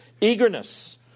eagerness